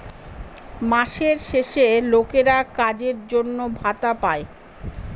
মাসের শেষে লোকেরা কাজের জন্য ভাতা পাই